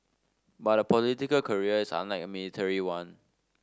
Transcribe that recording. but a political career is unlike a military one